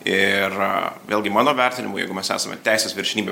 ir vėlgi mano vertinimu jeigu mes esame teisės viršenybe